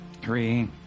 three